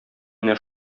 менә